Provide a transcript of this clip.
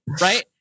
right